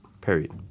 period